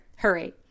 Hurry